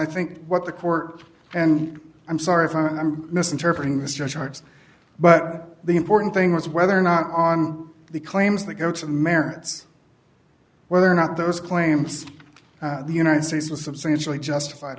i think what the court and i'm sorry if i'm misinterpreting the stretchmarks but the important thing was whether or not on the claims that go to merits whether or not those claims the united states was substantially justified